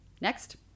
Next